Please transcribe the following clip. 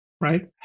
right